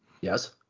Yes